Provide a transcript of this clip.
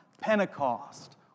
Pentecost